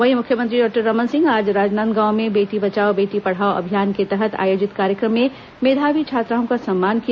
वहीं मुख्यमंत्री डॉक्टर रमन सिंह आज राजनांदगांव में बेटी बचाओ बेटी पढ़ाओ अभियान के तहत आयोजित कार्यक्रम में मेधावी छात्राओं का सम्मान किया